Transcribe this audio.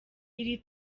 iri